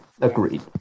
agreed